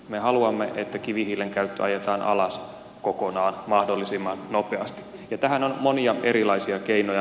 me haluamme että kivihiilen käyttö ajetaan alas kokonaan mahdollisimman nopeasti ja tähän on monia erilaisia keinoja